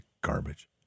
garbage